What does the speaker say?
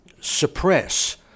suppress